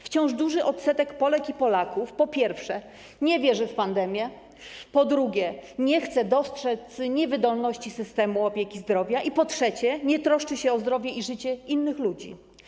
Wciąż duży odsetek Polek i Polaków, po pierwsze, nie wierzy w pandemię, po drugie, nie chce dostrzec niewydolności systemu opieki zdrowia i, po trzecie, nie troszczy się o zdrowie i życie innych ludzi.